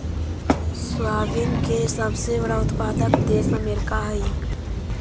soybean के सबसे बड़ा उत्पादक देश अमेरिका हइ